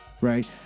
right